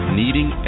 needing